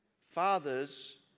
fathers